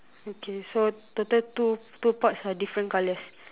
okay so total two two pots are different colours